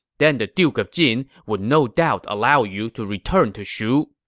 then the duke of jin would no doubt allow you to return to shu.